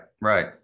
right